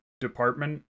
department